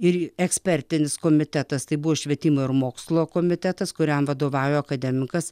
ir ekspertinis komitetas tai buvo švietimo ir mokslo komitetas kuriam vadovauja akademikas